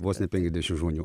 vos ne penkiasdešim žmonių